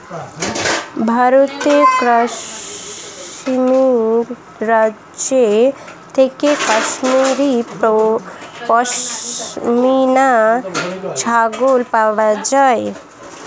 ভারতের কাশ্মীর রাজ্য থেকে কাশ্মীরি পশমিনা ছাগল পাওয়া যায়